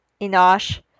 Enosh